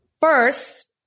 First